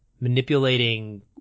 manipulating